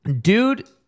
dude